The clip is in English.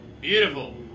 Beautiful